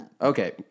Okay